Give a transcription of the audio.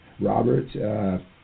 Robert